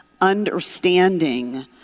understanding